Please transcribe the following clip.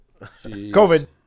COVID